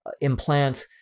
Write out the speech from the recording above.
implant